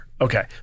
Okay